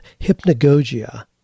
hypnagogia